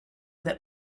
that